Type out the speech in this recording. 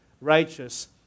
righteous